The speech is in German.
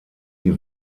die